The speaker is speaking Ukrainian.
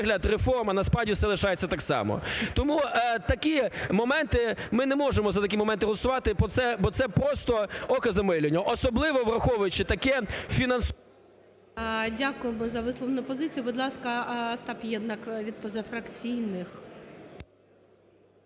Дякую за висловлену позицію. Будь ласка, Остап Єднак від позафракційних.